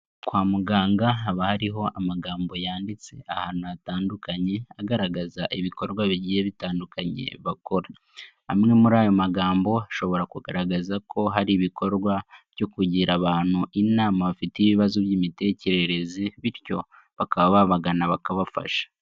Kwa muganga haba hariho amagambo yanditse ahantu hatandukanye, agaragaza ibikorwa bigiye bitandukanye bakora. Amwe muri ayo magambo ashobora kugaragaza ko hari ibikorwa byo kugira abantu inama bafite ibibazo by'imitekerereze, bityo bakaba babagana bakabafasha.